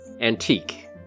Antique